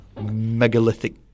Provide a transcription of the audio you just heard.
megalithic